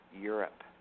Europe